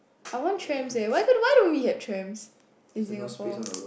I want trams eh why can't why don't we have trams in Singapore